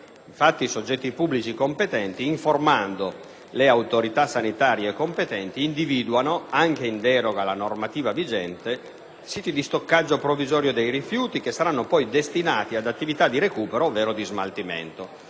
Infatti, i soggetti pubblici competenti, informando le autorità sanitarie competenti, individuano - anche in deroga alla normativa vigente - siti di stoccaggio provvisori dei rifiuti, che saranno poi destinati ad attività di recupero ovvero di smaltimento.